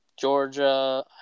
Georgia